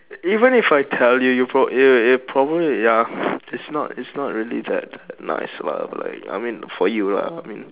even if I tell you prob~ you you probably ya it's not it's not really that nice lah but like I mean for you lah I mean